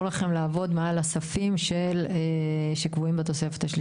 לכם לעבוד מעל הספים שקבועים בתוספת השלישית.